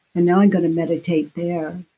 and now i'm going to meditate there,